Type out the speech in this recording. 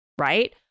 right